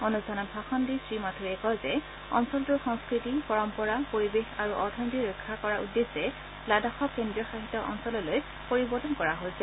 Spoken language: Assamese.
অনুষ্ঠানত ভাষণ দি শ্ৰীমাথুৰে কয় যে অঞ্চলটোৰ সংস্থতি পৰম্পৰা পৰিবেশ আৰু অথনীতি ৰক্ষা কৰাৰ উদ্দেশ্যেই লাডাখক কেন্দ্ৰীয় শাসিত অঞ্চললৈ পৰিৱৰ্তন কৰা হৈছে